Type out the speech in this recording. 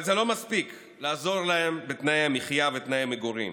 אבל לא מספיק לעזור להם בתנאי מחיה ובתנאי מגורים,